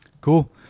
Cool